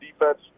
defense